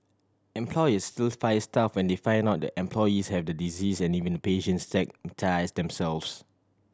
employers still fire staff when they find out the employees have the disease and even the patients stigmatise themselves